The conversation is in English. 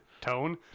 Tone